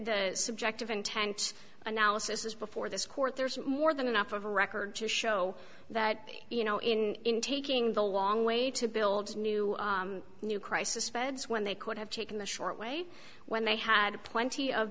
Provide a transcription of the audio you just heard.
subjective intent analysis is before this court there's more than enough of a record to show that you know in taking the long way to build new new crisis beds when they could have taken the short way when they had plenty of